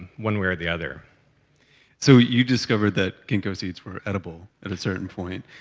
and one way or the other so, you discovered that ginkgo seeds were edible at a certain point,